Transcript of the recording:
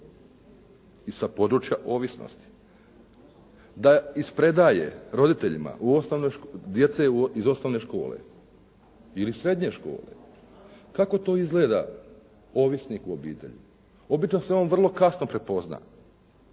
i sa područja ovisnosti da ispredaje roditeljima djece iz osnovne škole ili srednje škole kako to izgleda ovisnik u obitelji. Obično se on vrlo kasno prepozna.